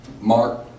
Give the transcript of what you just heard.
Mark